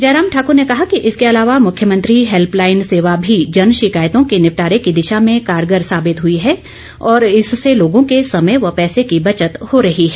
जयराम ठाकर ने कहा कि इसके अलावा मुख्यमंत्री हैल्पलाईन सेवा भी जनशिकायतों के निपटारे की दिशा में कारगर साबित हुई है और इससे लोगों के समय व पैसे की बचत हो रही है